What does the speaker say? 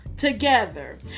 Together